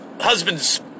husband's